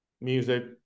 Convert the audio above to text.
music